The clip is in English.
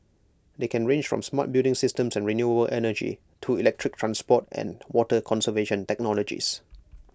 they can range from smart building systems and renewable energy to electric transport and water conservation technologies